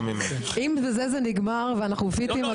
אם בזה זה נגמר ואנחנו פיטים,